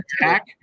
attack